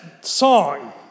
song